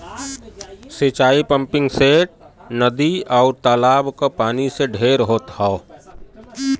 सिंचाई पम्पिंगसेट, नदी, आउर तालाब क पानी से ढेर होत हौ